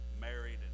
married